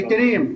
היתרים.